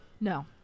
No